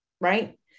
right